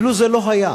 כאילו זה לא היה.